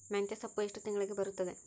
ಮೆಂತ್ಯ ಸೊಪ್ಪು ಎಷ್ಟು ತಿಂಗಳಿಗೆ ಬರುತ್ತದ?